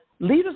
leaders